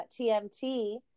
TMT